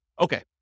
Okay